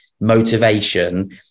motivation